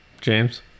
James